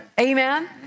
Amen